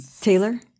Taylor